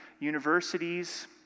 universities